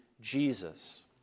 Jesus